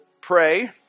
pray